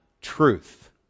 truth